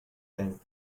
them